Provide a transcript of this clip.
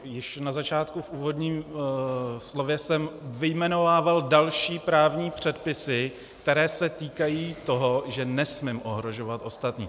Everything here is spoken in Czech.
Již na začátku v úvodním slově jsem vyjmenovával další právní předpisy, které se týkají toho, že nesmím ohrožovat ostatní.